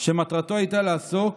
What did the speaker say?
שמטרתו הייתה לעסוק